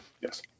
Yes